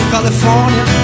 California